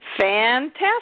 Fantastic